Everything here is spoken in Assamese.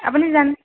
আপুনি জানে